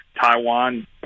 Taiwan